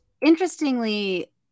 interestingly